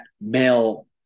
male